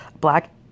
black